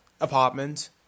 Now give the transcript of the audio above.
apartment